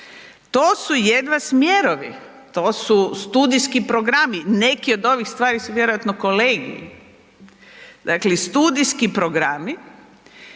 To su jedva smjerovi, to su studijski programi, neki od ovih stvari su vjerojatno kolegiji, dakle i studijski programi.